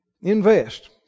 Invest